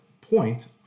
point